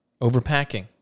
overpacking